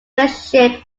relationship